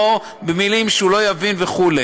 לא במילים שהוא לא יבין וכו'.